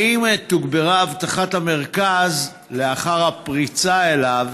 3. האם תוגברה אבטחת המרכז לאחר הפריצה אליו